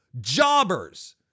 jobbers